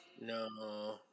No